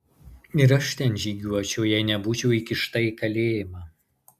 ir aš ten žygiuočiau jei nebūčiau įkišta į kalėjimą